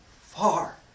far